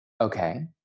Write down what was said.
Okay